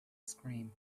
scream